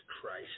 Christ